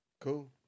Cool